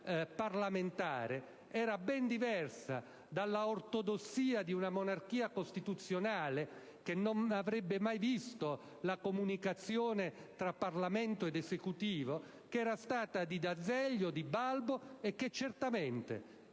parlamentare era ben diversa dall'ortodossia di una monarchia costituzionale, che non avrebbe mai previsto una comunicazione tra Parlamento ed Esecutivo, che era stata di d'Azeglio, di Balbo e che certamente